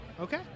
Okay